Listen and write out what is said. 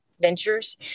ventures